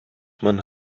man